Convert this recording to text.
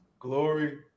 Glory